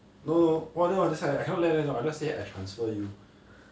no no all of them that's why I cannot let them know I just say I transfer you